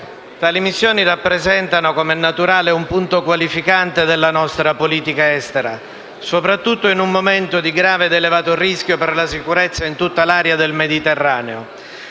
Tali missioni rappresentano, come è naturale, un punto qualificante della nostra politica estera, soprattutto in un momento di grave e di elevato rischio per la sicurezza in tutta l'area del Mediterraneo.